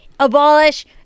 Abolish